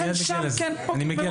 אני מייד אגיע לזה, אני מגיע